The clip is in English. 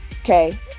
okay